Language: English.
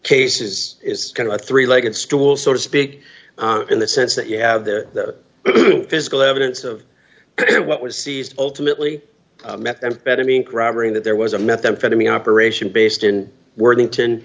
cases is kind of a three legged stool so to speak in the sense that you have the physical evidence of what was seized ultimately methamphetamine corroborating that there was a methamphetamine operation based in worthington